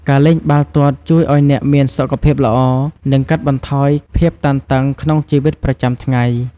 ការលេងបាល់ទាត់ជួយឲ្យអ្នកមានសុខភាពល្អ និងកាត់បន្ថយភាពតានតឹងក្នុងជីវិតប្រចាំថ្ងៃ។